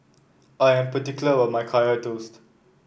I'm particular about my Kaya Toast